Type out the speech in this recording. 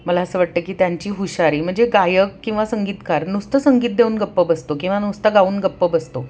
मला असं वाटतं की त्यांची हुशारी म्हणजे गायक किंवा संगीतकार नुसतं संगीत देऊन गप्प बसतो किंवा नुसतं गाऊन गप्प बसतो